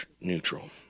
neutral